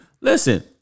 Listen